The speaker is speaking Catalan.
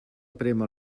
prémer